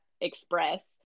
express